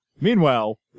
Meanwhile